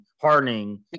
hardening